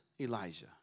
Elijah